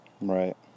Right